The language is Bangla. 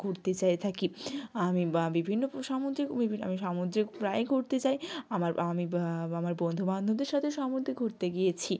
ঘুরতে যেয়ে থাকি আমি বিভিন্ন সামুদ্রিক ও বিভি আমি সমুদ্রে প্রায়ই ঘুরতে যাই আমার আমি বা আমার বন্ধুবান্ধবদের সাথে সমুদ্রে ঘুরতে গিয়েছি